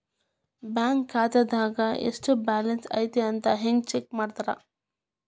bank ಖಾತೆದಾಗ ಎಷ್ಟ balance ಐತಿ ಅಂತ ಹೆಂಗ ಚೆಕ್ ಮಾಡ್ತಾರಾ